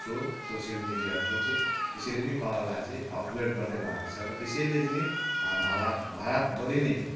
through social media through चाहिँ यसरी नै कलालाई चाहिँ अपग्रेड गर्दै लाँदै छ त त्यसरी चाहिँ भाला भारतभरि नै